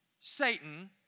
Satan